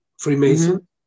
Freemason